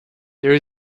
there